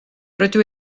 rydw